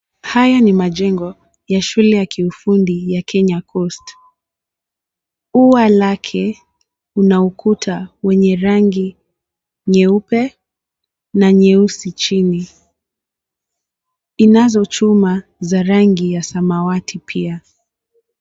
Haya ni majengo ya shule ya kiufundi ya Kenya Coast. Ua lake ina ukuta wenye rangi nyeupe na nyeusi chini. Inazo chuma za rangi ya samawati pia.